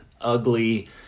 ugly